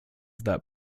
that